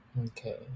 Okay